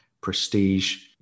prestige